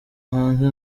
hanze